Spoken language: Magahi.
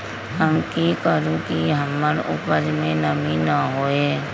हम की करू की हमर उपज में नमी न होए?